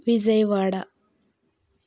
Vijayawada